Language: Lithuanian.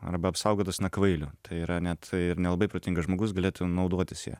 arba apsaugotas nuo kvailio tai yra net ir nelabai protingas žmogus galėtų naudotis ja